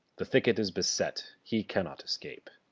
the thicket is beset he cannot scape.